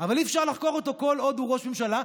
אי-אפשר לחקור אותו כל עוד הוא ראש ממשלה,